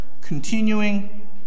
continuing